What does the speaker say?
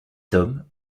tomes